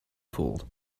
fooled